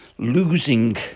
losing